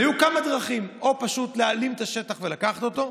היו כמה דרכים: פשוט להלאים את השטח ולקחת אותו,